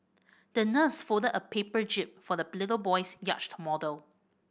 the nurse folded a paper jib for the little boy's yacht model